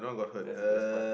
that's the best part